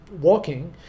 walking